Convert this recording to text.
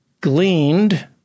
gleaned